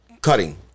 cutting